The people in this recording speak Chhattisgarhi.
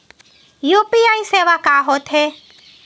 यू.पी.आई सेवा का होथे?